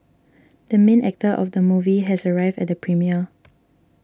the main actor of the movie has arrived at the premiere